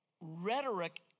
rhetoric